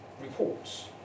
reports